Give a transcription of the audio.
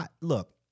Look